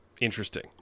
Interesting